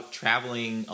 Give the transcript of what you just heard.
traveling